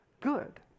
good